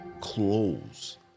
clothes